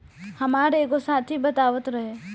हामार एगो साथी बतावत रहे